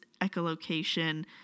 echolocation